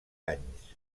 anys